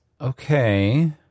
Okay